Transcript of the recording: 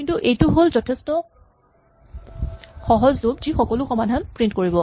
কিন্তু এইটো হ'ল যথেষ্ঠ সহজ লুপ যি সকলো সমাধান প্ৰিন্ট কৰিব